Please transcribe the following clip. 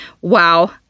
Wow